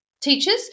teachers